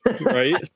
right